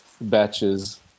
batches